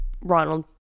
ronald